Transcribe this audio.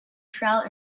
trout